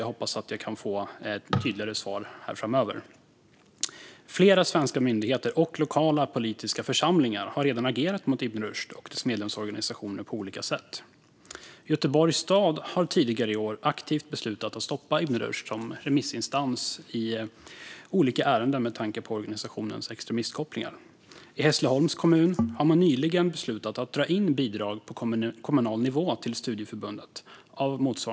Jag hoppas alltså att jag kan få ett tydligare svar här. Flera svenska myndigheter och lokala politiska församlingar har redan agerat på olika sätt mot Ibn Rushd och dess medlemsorganisationer. Göteborgs stad har tidigare i år aktivt beslutat att stoppa Ibn Rushd som remissinstans i olika ärenden med tanke på organisationens extremistkopplingar. I Hässleholms kommun har man av motsvarande skäl nyligen beslutat att dra in bidrag på kommunal nivå till studieförbundet.